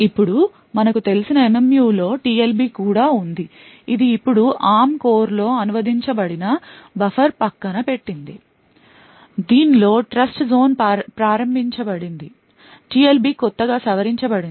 ఇప్పుడు మనకు తెలిసిన MMU లో TLB కూడా ఉంది ఇది ఇప్పుడు ARM కోర్లో అనువదించబడిన బఫర్ను పక్కన పెట్టింది దీనిలో ట్రస్ట్జోన్ ప్రారంభించబడింది TLB కొద్దిగా సవరించబడింది